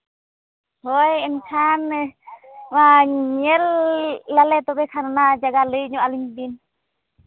ᱦᱳᱭ ᱮᱱᱠᱷᱟᱱ ᱱᱚᱣᱟᱧ ᱧᱮᱞ ᱟᱞᱮ ᱛᱚᱵᱮ ᱠᱷᱟᱱ ᱚᱱᱟ ᱡᱟᱭᱜᱟ ᱞᱟᱹᱭ ᱧᱚᱜ ᱟᱹᱞᱤᱧ ᱵᱤᱱ